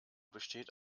besteht